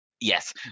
yes